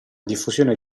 diffusione